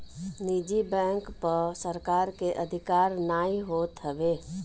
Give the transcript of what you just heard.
निजी बैंक पअ सरकार के अधिकार नाइ होत हवे